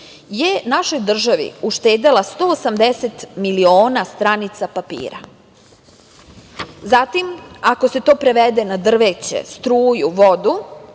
je našoj državi uštedela 180 miliona stranica papira. Zatim, ako se to prevede na drveće, struju, vodu,